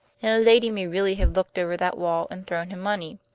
and a lady may really have looked over that wall and thrown him money?